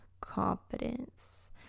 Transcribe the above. confidence